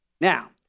Now